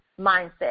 mindset